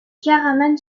caraman